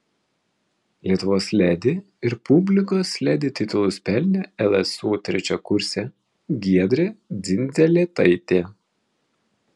lietuvos ledi ir publikos ledi titulus pelnė lsu trečiakursė giedrė dzindzelėtaitė